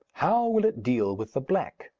how will it deal with the black?